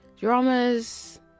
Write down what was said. Dramas